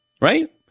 right